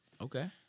Okay